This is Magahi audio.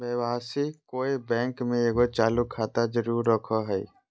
व्यवसायी कोय बैंक में एगो चालू खाता जरूर रखो हइ